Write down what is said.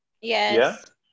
Yes